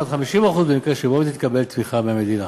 ועד 50% במקרה שבו תתקבל תמיכה מהמדינה.